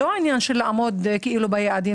לא העניין של לעמוד כאילו ביעדים,